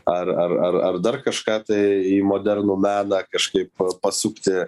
ar ar ar ar dar kažką tai į modernų meną kažkaip pasupti